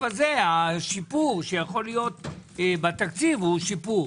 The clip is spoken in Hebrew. הזה השיפור שיכול להיות בתקציב הוא שיפור,